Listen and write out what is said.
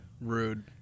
Rude